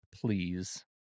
please